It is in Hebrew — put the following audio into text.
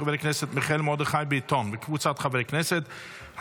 של חבר הכנסת מיכאל מרדכי ביטון וקבוצת חברי הכנסת.